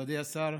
מכובדי השר,